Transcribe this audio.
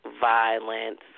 violence